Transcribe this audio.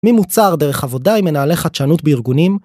ממוצר דרך עבודה עם מנהלי חדשנות בארגונים